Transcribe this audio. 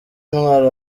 intwaro